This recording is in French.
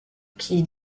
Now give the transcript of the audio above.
qui